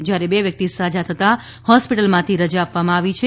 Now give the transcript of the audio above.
જ્યારે બે વ્યક્તિ સાજા થતાં હોસ્પિટલમાંથી રજા આપવામાં આવી છે